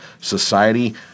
Society